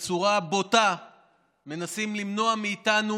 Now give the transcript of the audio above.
ובצורה בוטה מנסים למנוע מאיתנו